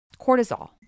cortisol